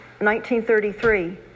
1933